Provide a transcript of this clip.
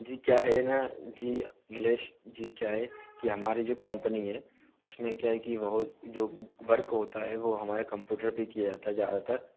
जी क्या है ना जी निलेश जी क्या है की हमारी जो कंपनी है उसमें क्या है कि बहुत जो वर्क होता है वो हमारे कंप्यूटर पर किया जाता हैं ज़्यादातर